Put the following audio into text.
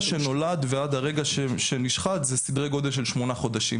שנולד ועד הרגע שנשחט זה סדרי גודל של שמונה חודשים.